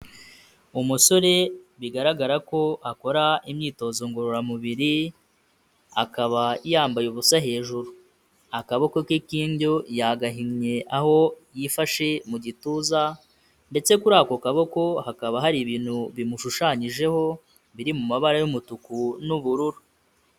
Umusore bigaragara ko akora imyitozo ngororamubiri, akaba yambaye ubusa hejuru. Akaboko ke k'indyo yagahinnye aho yifashe mu gituza, ndetse kuri ako kaboko hakaba hari ibintu bimushushanyijeho biri mu mabara y'umutuku n'ubururu.